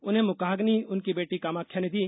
उन्हे मुखाग्नि उनकी बेटी कामाख्या ने दी